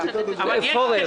עודד פורר.